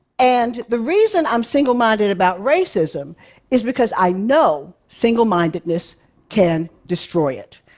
and the reason i'm single-minded about racism is because i know single-mindedness can destroy it.